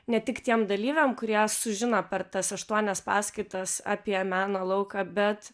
ne tik tiem dalyviam kurie sužino per tas aštuonias paskaitas apie meno lauką bet